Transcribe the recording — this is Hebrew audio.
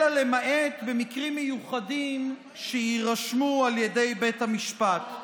אלא במקרים מיוחדים, שיירשמו על ידי בית המשפט.